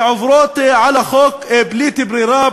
שעוברות על החוק בלית ברירה,